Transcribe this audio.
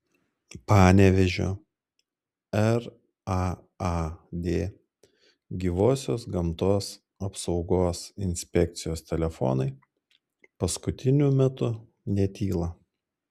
panevėžio raad gyvosios gamtos apsaugos inspekcijos telefonai paskutiniu metu netyla